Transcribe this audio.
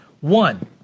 One